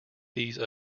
these